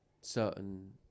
certain